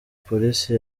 police